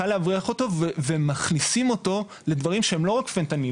קל להבריח אותו ומכניסים אותו לדברים שהם לא רק פנטניל,